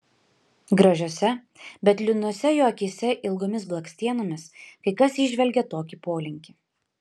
gražiose bet liūdnose jo akyse ilgomis blakstienomis kai kas įžvelgia tokį polinkį